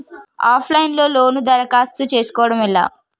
Of line లో loan దరఖాస్తు చేసుకోవడం ఎలా?